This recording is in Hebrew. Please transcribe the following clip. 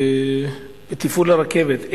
בתפעול הרכבת,